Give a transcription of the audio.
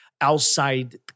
outside